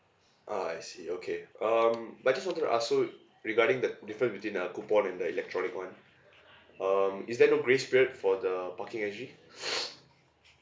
ah I see okay um I just wanted to ask you regarding the different between the coupon and the electronic one um is there no grace period for the parking actually